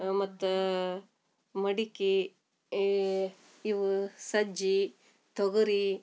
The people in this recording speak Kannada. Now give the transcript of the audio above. ಮತ್ತು ಮಡಕೆ ಈ ಇವು ಸಜ್ಜೆ ತೊಗರಿ